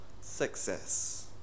success